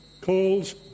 calls